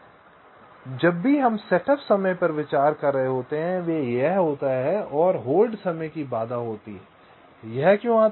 इसलिए जब भी हम सेटअप समय पर विचार कर रहे होते हैं वह यह होता है और होल्ड समय की बाधा होती है यह क्यों आता है